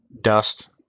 dust